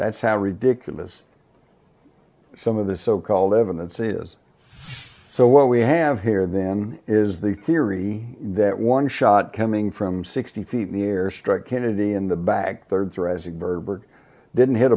that's how ridiculous some of the so called evidence is so what we have here then is the theory that one shot coming from sixty feet near struck kennedy in the back thirds rising berber didn't hit